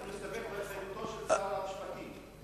אנחנו נסתפק בהתחייבותו של שר המשפטים.